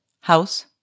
house